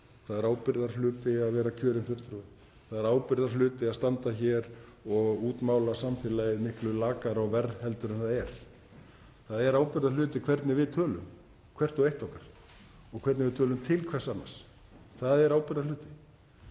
Það er ábyrgðarhluti að vera kjörinn fulltrúi. Það er ábyrgðarhluti að standa hér og útmála samfélagið miklu lakara og verra heldur en það er. Það er ábyrgðarhluti hvernig við tölum hvert og eitt okkar og hvernig við tölum til hvers annars. Það er ábyrgðarhluti.